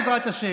בעזרת השם,